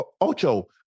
Ocho